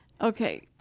Okay